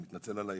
מתנצל על האיחור,